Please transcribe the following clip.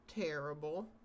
terrible